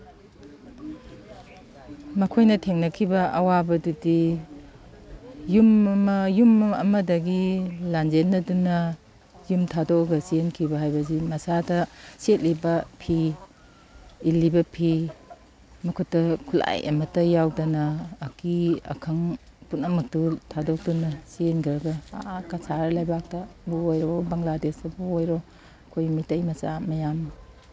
ꯃꯈꯣꯏꯅ ꯊꯦꯡꯅꯈꯤꯕ ꯑꯋꯥꯕꯗꯨꯗꯤ ꯌꯨꯝ ꯑꯃꯗꯒꯤ ꯂꯥꯟꯖꯦꯟꯅꯗꯨꯅ ꯌꯨꯝ ꯊꯥꯗꯣꯛꯑꯒ ꯆꯦꯟꯈꯤꯕ ꯍꯥꯏꯕꯁꯤ ꯃꯁꯥꯗ ꯁꯦꯠꯂꯤꯕ ꯐꯤ ꯏꯜꯂꯤꯕ ꯐꯤ ꯃꯈꯨꯠꯇ ꯈꯨꯠꯂꯥꯏ ꯑꯃꯠꯇ ꯌꯥꯎꯗꯅ ꯑꯀꯤ ꯑꯈꯪ ꯄꯨꯝꯅꯃꯛꯇꯨ ꯊꯥꯗꯣꯛꯇꯨꯅ ꯆꯦꯟꯒ꯭ꯔꯒ ꯑꯥ ꯀꯁꯥꯔ ꯂꯩꯕꯥꯛꯇꯕꯨ ꯑꯣꯏꯔꯣ ꯕꯪꯒ꯭ꯂꯥꯗꯦꯁꯇꯕꯨ ꯑꯣꯏꯔꯣ ꯑꯩꯈꯣꯏ ꯃꯤꯇꯩ ꯃꯆꯥ ꯃꯌꯥꯝ